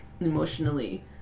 emotionally